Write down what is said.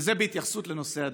וזה בהתייחסות לנושא הדיון,